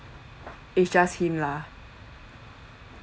it's just him lah